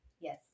Yes